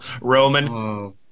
Roman